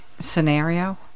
scenario